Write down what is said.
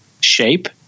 shape